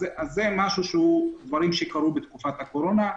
אלה דברים שקרו בתקופת הקורונה.